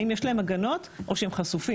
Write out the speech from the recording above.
האם יש להם הגנות או שהם חשופים,